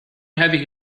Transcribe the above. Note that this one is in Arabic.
هذه